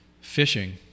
fishing